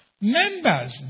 members